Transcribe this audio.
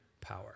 power